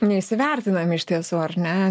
neįsivertinam iš tiesų ar ne